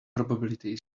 probabilities